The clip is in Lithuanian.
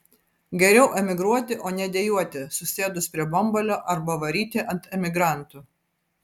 geriau emigruoti o ne dejuoti susėdus prie bambalio arba varyti ant emigrantų